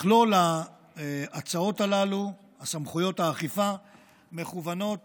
מכלול ההצעות הללו, סמכויות האכיפה מכוונות